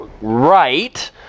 right